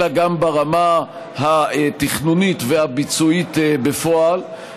אלא גם ברמה התכנונית והביצועית בפועל,